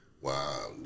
Wow